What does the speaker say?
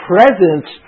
Presence